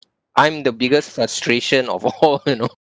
I'm the biggest frustration of all you know